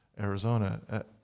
Arizona